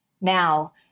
Now